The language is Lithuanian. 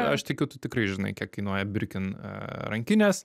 aš tikiu tu tikrai žinai kiek kainuoja birkin rankinės